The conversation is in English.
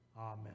Amen